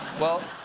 well,